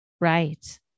Right